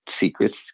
secrets